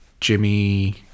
Jimmy